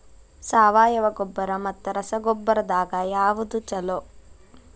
ಸಾವಯವ ಗೊಬ್ಬರ ಮತ್ತ ರಸಗೊಬ್ಬರದಾಗ ಯಾವದು ಛಲೋ?